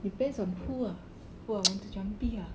depends on who ah who I want to jampi ah